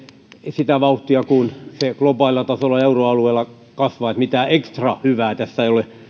sitä vauhtia kuin se globaalilla tasolla euroalueella kasvaa mitään ekstra hyvää tässä ei ole